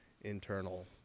internal